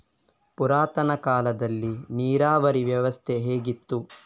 ಪುರಾತನ ಕಾಲದಲ್ಲಿ ನೀರಾವರಿ ವ್ಯವಸ್ಥೆ ಹೇಗಿತ್ತು?